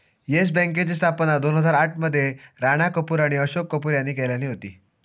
yes बँकेची स्थापना दोन हजार आठ मध्ये राणा कपूर आणि अशोक कपूर यांनी केल्यानी होती